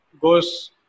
goes